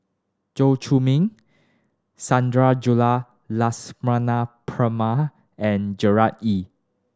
Chew Chor Meng Sundarajulu Lakshmana Perumal and Gerard Ee